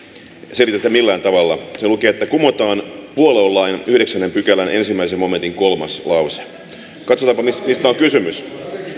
selitetä millään tavalla siellä lukee että kumotaan puoluelain yhdeksännen pykälän ensimmäisen momentin kolmas lause katsotaanpa mistä on kysymys